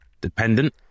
dependent